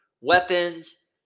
weapons